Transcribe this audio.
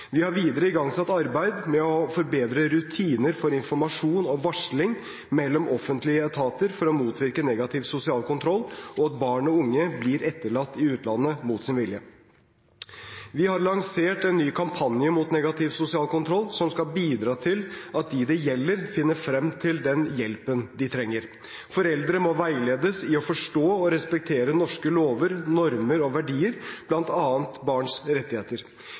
Vi har videre igangsatt et arbeid med å forbedre rutiner for informasjon og varsling mellom offentlige etater for å motvirke negativ sosial kontroll og at barn og unge blir etterlatt i utlandet mot sin vilje. Vi har lansert en ny kampanje mot negativ sosial kontroll som skal bidra til at de det gjelder, finner frem til den hjelpen de trenger. Foreldre må veiledes i å forstå og respektere norske lover, normer og verdier, bl.a. barns rettigheter.